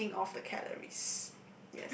walking off the calories